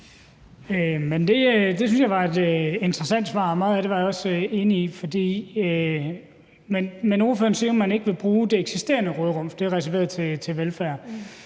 det var jeg også enig i. Men ordføreren siger, at man ikke vil bruge det eksisterende råderum, for det er reserveret til velfærd.